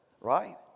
right